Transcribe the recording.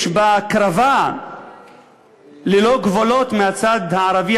יש בה הקרבה ללא גבולות מהצד הערבי,